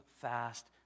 fast